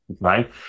Right